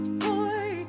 boy